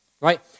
right